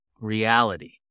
reality